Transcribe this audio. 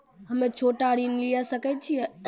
हम्मे छोटा ऋण लिये सकय छियै?